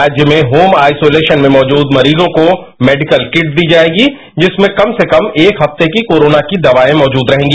राज्य में होम आइसोलेशनमें मौजूद मरीजों को मेडिकल किट दी जाएगी जिसमें कम से कम एक हफ्ते की कोरोना की दवाएंमौजूद रहेगी